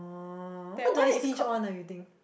oh what do I stitch on ah you think